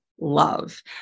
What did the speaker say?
love